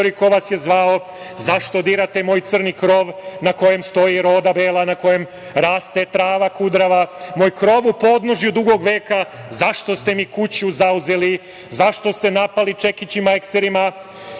ko vas je zvao, zašto dirate moj crni krov na kojem stoji roda bela, na kojem raste trava kudrava, moj krov u podnožju dugog veka, zašto ste mi kuću zauzeli, zašto ste napali čekićima, ekserima,